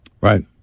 Right